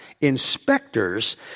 inspectors